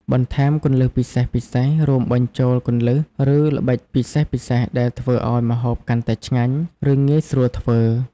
បន្ថែមគន្លឹះពិសេសៗ រួមបញ្ចូលគន្លឹះ ឬល្បិចពិសេសៗដែលធ្វើឱ្យម្ហូបកាន់តែឆ្ងាញ់ ឬងាយស្រួលធ្វើ។